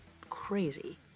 crazy